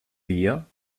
wir